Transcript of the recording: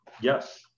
yes